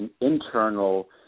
internal